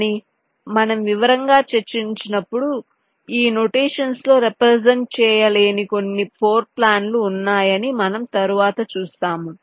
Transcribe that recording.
కానీ మనం వివరంగా చర్చించినప్పుడు ఈ నొటేషన్స్ లో రెప్రెసెంట్ చేయలేని కొన్ని ఫ్లోర్ప్లాన్లు ఉన్నాయని మనము తరువాత చూస్తాము